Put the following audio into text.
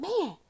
man